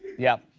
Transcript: yeah.